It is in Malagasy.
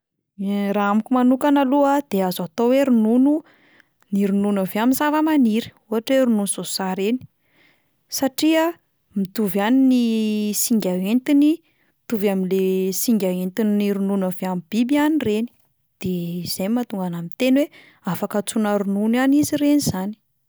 Raha amiko manokana aloha de azo atao hoe ronono ny ronono avy amin'ny zava-maniry, ohatra hoe ronono soja ireny, satria mitovy ihany ny singa hoentiny, mitovy amin'le singa entin'ny ronono avy amin'ny biby ihany ireny, de izay mahatonga anahy miteny hoe afaka antsoina ronono ihany izy ireny 'zany.